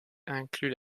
incluent